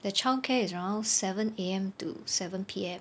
the child care is around seven A_M to seven P_M